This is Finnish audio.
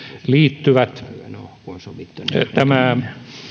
liittyvät tämä